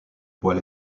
poil